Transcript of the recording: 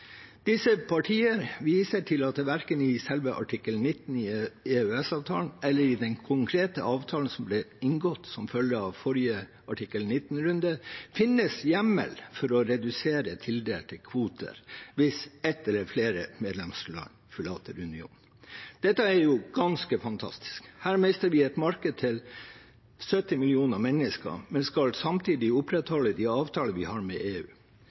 Disse partier viser til at det verken i selve artikkel 19 i EØS-avtalen eller i den konkrete avtalen som ble inngått som følge av forrige artikkel 19-runde, finnes hjemmel for å redusere tildelte kvoter hvis ett eller flere medlemsland forlater unionen. Dette er jo ganske fantastisk. Her mister vi et marked på 70 millioner mennesker, men skal samtidig opprettholde de avtaler vi har med EU?